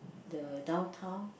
the downtown